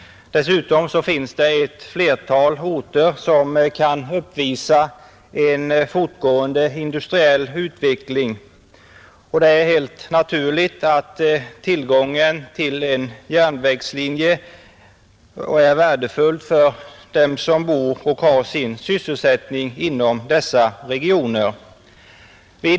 Dessutom finns det ett flertal orter som kan uppvisa en fortgående industriell utveckling. Det är helt naturligt att tillgången till en järnvägslinje är värdefull för dem som bor och har sin sysselsättning inom dessa regioner.